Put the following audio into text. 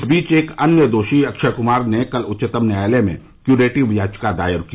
इस बीच एक अन्य दोषी अक्षय कुमार ने कल उच्चतम न्यायालय में क्युरेटिव याचिका दायर की